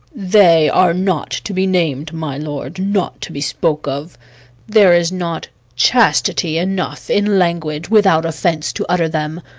they are not to be nam'd, my lord, not to be spoke of there is not chastity enough in language without offence to utter them.